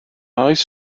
oes